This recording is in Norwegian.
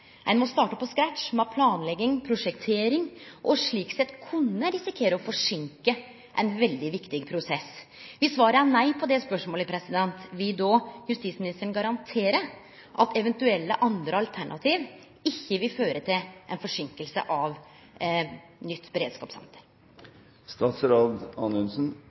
ein må starte på scratch med planlegging og prosjektering, og slik sett kunne risikere å forseinke ein veldig viktig prosess? Viss svaret er nei på det spørsmålet, vil då justis- og beredskapsministeren garantere at eventuelle andre alternativ ikkje vil føre til ei forseinking av nytt